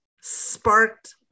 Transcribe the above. sparked